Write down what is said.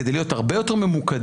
כדי להיות הרבה יותר ממוקדים,